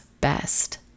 best